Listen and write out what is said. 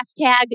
Hashtag